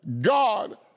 God